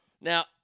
Now